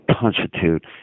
constitute